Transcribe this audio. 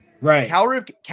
Right